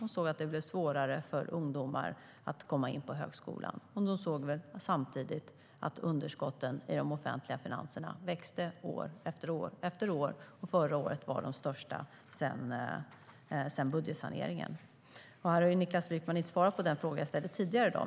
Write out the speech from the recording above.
De såg att det blev svårare för ungdomar att komma in på högskolan. De såg samtidigt att underskotten i de offentliga finanserna växte år efter år efter år. Förra året var underskotten de största sedan budgetsaneringen. Niklas Wykman har inte svarat på den fråga jag ställde tidigare i dag.